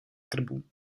krbu